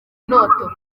ndoto